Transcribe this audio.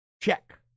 check